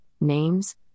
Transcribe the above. names